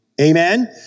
Amen